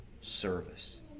service